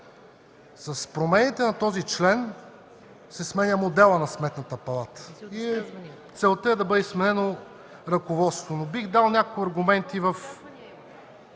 С промените в този член се сменя моделът на Сметната палата. Целта е да бъде сменено ръководството. Бих дал няколко аргументи в